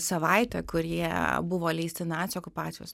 savaitė kurie buvo leisti nacių okupacijos